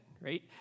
right